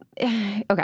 okay